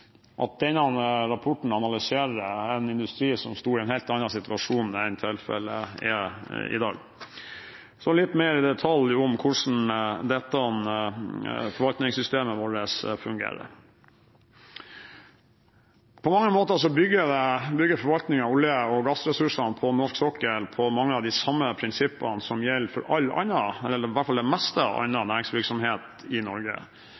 at denne rapporten analyserer en industri som sto i en helt annen situasjon enn tilfellet er i dag. Så litt mer i detalj om hvordan forvaltningssystemet vårt fungerer. På mange måter bygger forvaltningen av olje- og gassressursene på norsk sokkel på mange av de samme prinsippene som gjelder for all annen, eller i hvert fall det meste av annen, næringsvirksomhet i Norge.